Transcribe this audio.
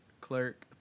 clerk